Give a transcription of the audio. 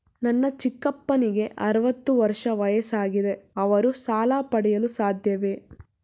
ನನ್ನ ಚಿಕ್ಕಪ್ಪನಿಗೆ ಅರವತ್ತು ವರ್ಷ ವಯಸ್ಸಾಗಿದೆ ಅವರು ಸಾಲ ಪಡೆಯಲು ಸಾಧ್ಯವೇ?